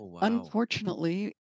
unfortunately